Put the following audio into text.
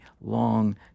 long